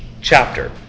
chapter